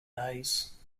days